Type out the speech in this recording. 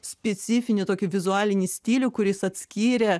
specifinį tokį vizualinį stilių kuris atskyrė